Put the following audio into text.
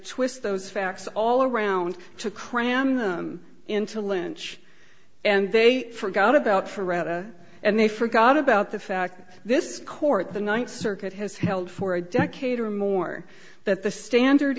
twist those facts all around to cram them into lynch and they forgot about forever and they forgot about the fact that this court the ninth circuit has held for a decade or more that the standard